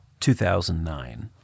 2009 –